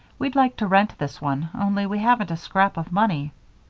we'd like to rent this one, only we haven't a scrap of money.